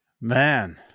man